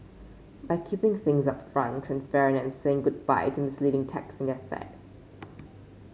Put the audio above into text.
by keeping things upfront transparent and saying goodbye to misleading text in their ads